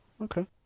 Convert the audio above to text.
Okay